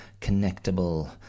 connectable